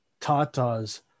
Tata's